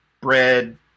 bread